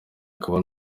akaba